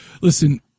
listen